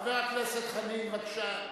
חבר הכנסת חנין, בבקשה.